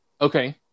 okay